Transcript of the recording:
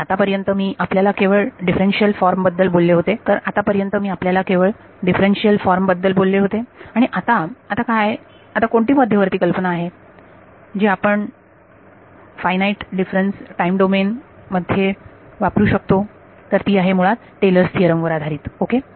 तर आतापर्यंत मी आपल्याला केवळ डिफरनशियल फॉर्म बद्दल बोलले होते आणि आता आता काय आता कोणती मध्यवर्ती कल्पना आहे जी आपण फायनाईट डिफरेन्स टाईम डोमेन मध्ये वापरू शकतो तर ती आहे मुळात टेलर्स थीअरम Taylor's theorem वर आधारित आहे ओके